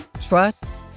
Trust